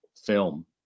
film